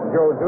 Joe